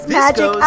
magic